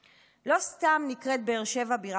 לא סתם נקראת באר שבע בירת הנגב.